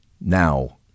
Now